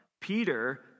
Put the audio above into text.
Peter